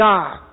God